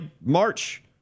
March